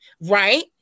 Right